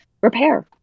repair